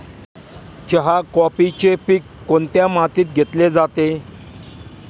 चहा, कॉफीचे पीक कोणत्या मातीत घेतले जाते?